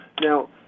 now